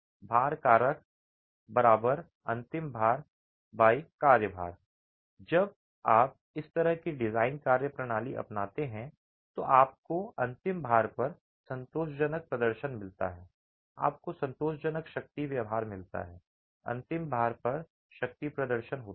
भार कारक अंतिम भार कार्य भार जब आप इस तरह की डिज़ाइन कार्यप्रणाली अपनाते हैं तो आपको अंतिम भार पर संतोषजनक प्रदर्शन मिलता है आपको संतोषजनक शक्ति व्यवहार मिलता है अंतिम भार पर शक्ति प्रदर्शन होता है